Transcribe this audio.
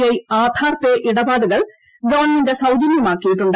I Aadhaar pay ഇടപാടുകൾ government സൌജന്യമാക്കിയിട്ടുണ്ട്